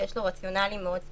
שיש לו רציונל מאוד ספציפי,